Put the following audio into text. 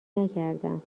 نکردم